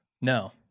No